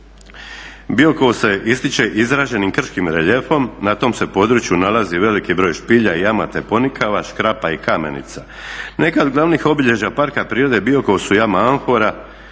Biokovo se ističe izraženim krškim reljefom. Na tom se području nalazi veliki broj špilja, jama, te ponikava, škrapa i kamenica. Neka od glavnih obilježja Parka prirode Biokovo su jama Amfora